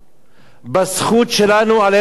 בזכות שלנו על ארץ-ישראל.